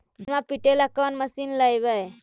धनमा पिटेला कौन मशीन लैबै?